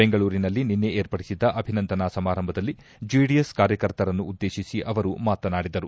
ಬೆಂಗಳೂರಿನಲ್ಲಿ ನಿನ್ನೆ ಏರ್ಪಡಿಸಿದ್ದ ಅಭಿನಂದನಾ ಸಮಾರಂಭದಲ್ಲಿ ಜೆಡಿಎಸ್ ಕಾರ್ಯಕರ್ತರನ್ನುದ್ದೇತಿಸಿ ಅವರು ಮಾತನಾಡಿದರು